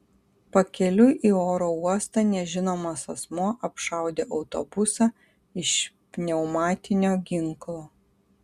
pakeliui į oro uostą nežinomas asmuo apšaudė autobusą iš pneumatinio ginklo